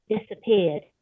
disappeared